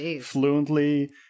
fluently